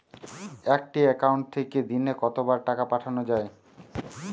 একটি একাউন্ট থেকে দিনে কতবার টাকা পাঠানো য়ায়?